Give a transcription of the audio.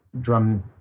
drum